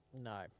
no